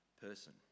person